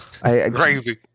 Gravy